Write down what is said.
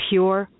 Pure